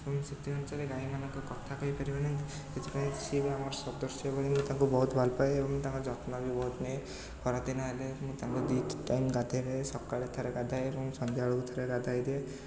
ଏବଂ ସେଥି ଅନୁସାରେ ଗାଈମାନଙ୍କ କଥା କହିପାରିବେନି ମୁଁ ସେଥିପାଇଁ ସେ ବି ଆମର ସଦସ୍ୟ ଭଳି ମୁଁ ତାଙ୍କୁ ବହୁତ ଭଲପାଏ ଏବଂ ତାଙ୍କ ଯତ୍ନ ବି ବହୁତ ନିଏ ଖରା ଦିନ ହେଲେ ମୁଁ ତାଙ୍କୁ ଦୁଇ ଟାଇମ୍ ଗାଧୋଇ ଥାଏ ସକାଳ ଥରେ ଗାଧାଏ ଏବଂ ସନ୍ଧ୍ୟାବେଳକୁ ଥରେ ଗାଧୋଇ ଦିଏ